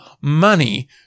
money